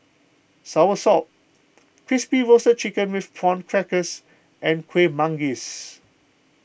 Soursop Crispy Roasted Chicken with Prawn Crackers and Kuih Manggis